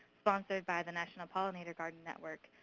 sponsored by the national pollinator garden network.